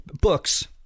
Books